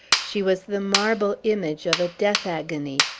she was the marble image of a death-agony.